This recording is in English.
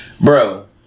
Bro